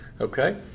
okay